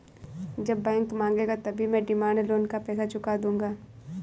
जब बैंक मांगेगा तभी मैं डिमांड लोन का पैसा चुका दूंगा